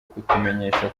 kutumenyesha